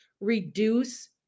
reduce